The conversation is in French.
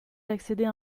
d’accéder